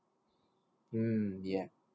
mm yup